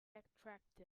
attractive